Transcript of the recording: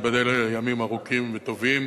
ייבדל לימים ארוכים וטובים.